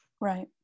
Right